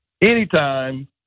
anytime